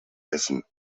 essen